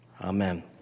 Amen